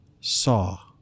saw